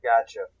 gotcha